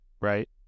Right